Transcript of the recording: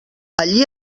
allí